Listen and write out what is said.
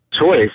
choice